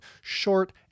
short